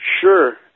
Sure